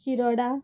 Shiroda